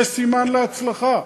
וזה סימן להצלחה,